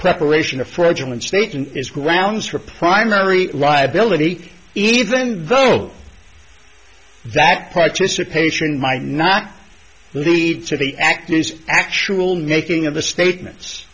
preparation a fraudulent statement is grounds for primary liability even though that participation might not lead to the act is actual nathan of the statements